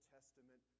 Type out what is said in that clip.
Testament